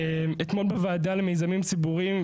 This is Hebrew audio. אתמול בוועדה למיזמים ציבוריים,